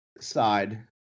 side